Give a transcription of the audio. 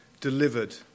delivered